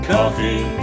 Coffee